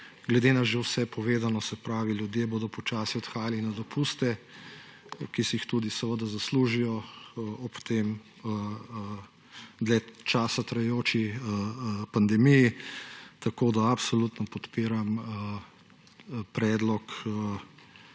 Glede na že vse povedano, se pravi, ljudje bodo počasi odhajali na dopuste, ki si jih tudi seveda zaslužijo ob tej dlje časa trajajoči pandemiji, tako da absolutno podpiram osnovni